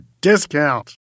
Discount